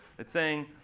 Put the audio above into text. it's saying,